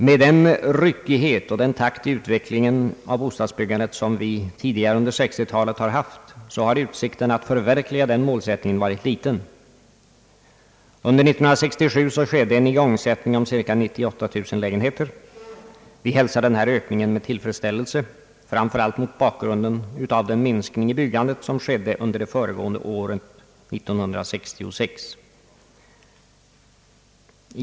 Med den ryckighet och den takt i utvecklingen av bostadsbyggandet som vi har haft tidigare under 1960-talet har utsikterna att förverkliga denna målsättning varit små. Under 1967 igångsattes byggandet av cirka 98 000 lägenheter. Vi hälsar den här ökningen med tillfredsställelse, framför allt mot bakgrunden av den minskning i byggandet som skedde under år 1966.